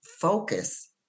focus